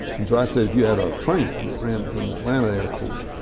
and so i said if you had a train that ran from the atlanta airport